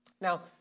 Now